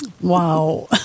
Wow